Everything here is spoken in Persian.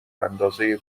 اندازه